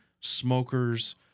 smokers